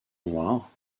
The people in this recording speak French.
noirs